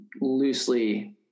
loosely